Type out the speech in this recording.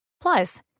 plus